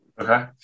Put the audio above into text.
okay